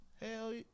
Hell